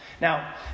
Now